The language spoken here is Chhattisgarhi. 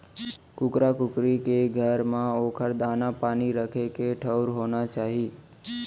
कुकरा कुकरी के घर म ओकर दाना, पानी राखे के ठउर होना चाही